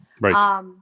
Right